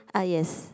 uh yes